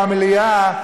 במליאה,